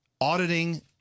auditing